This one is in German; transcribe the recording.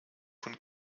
von